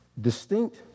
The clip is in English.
distinct